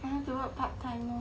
I want to work part time lor